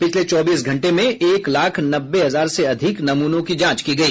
पिछले चौबीस घंटे में एक लाख नब्बे हजार से अधिक नमूनों की जांच की गई